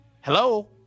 Hello